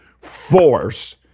force